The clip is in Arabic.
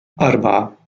أربعة